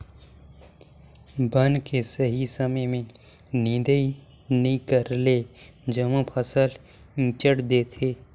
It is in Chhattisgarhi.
बन के सही समय में निदंई नई करेले जम्मो फसल ईचंट देथे